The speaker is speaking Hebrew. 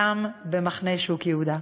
גם בשוק מחנה-יהודה.